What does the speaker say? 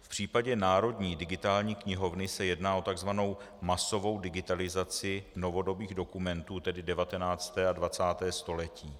V případě Národní digitální knihovny se jedná o tzv. masovou digitalizaci novodobých dokumentů, tedy 19. a 20. století.